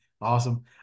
Awesome